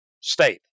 state